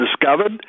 discovered